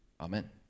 Amen